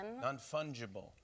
Non-fungible